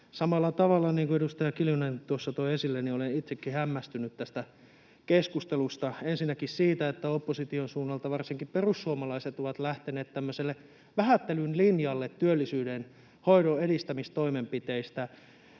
samalla tavalla — niin kuin edustaja Kiljunen tuossa toi esille — olen itsekin hämmästynyt tästä keskustelusta, ensinnäkin siitä, että opposition suunnalta varsinkin perussuomalaiset ovat lähteneet tämmöiselle vähättelyn linjalle työllisyydenhoidon edistämistoimenpiteiden